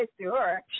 Sure